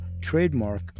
trademark